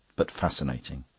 but fascinating.